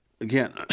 Again